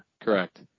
correct